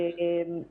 אפרת.